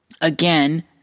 again